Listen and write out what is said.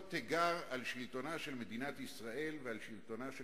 תיגר על שלטונה של מדינת ישראל ועל שלטונה של